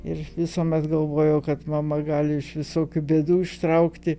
ir visuomet galvojau kad mama gali iš visokių bėdų ištraukti